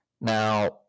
Now